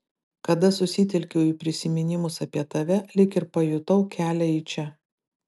kada susitelkiau į prisiminimus apie tave lyg ir pajutau kelią į čia